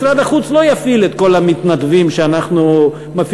משרד החוץ לא יפעיל את כל המתנדבים שאנחנו מפעילים,